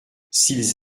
s’ils